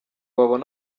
babone